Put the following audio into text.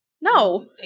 No